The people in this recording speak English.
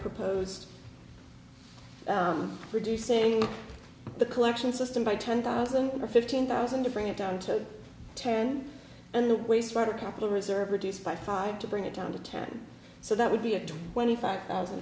proposed reducing the collection system by ten thousand or fifteen thousand to bring it down to ten and the waste of our capital reserves reduced by five to bring it down to ten so that would be a twenty five thousand